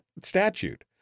statute